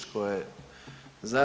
Tko je za?